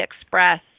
express